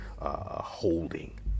holding